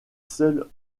seul